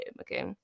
okay